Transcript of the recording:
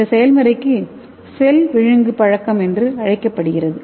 இந்த செயல்முறை செல் விழுங்குபழக்கம் என்று அழைக்கப்படுகிறது